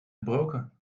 gebroken